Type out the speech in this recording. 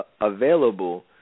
available